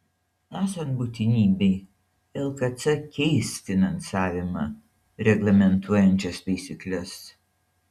esant būtinybei lkc keis finansavimą reglamentuojančias taisykles